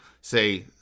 say